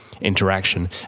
interaction